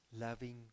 loving